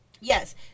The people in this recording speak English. yes